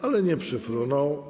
Ale nie przyfrunął.